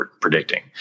predicting